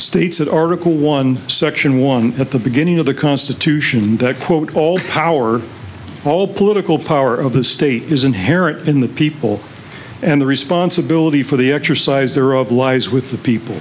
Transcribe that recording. states that article one section one at the beginning of the constitution that quote all power all political power of the state is inherent in the people and the responsibility for the exercise thereof lies with the people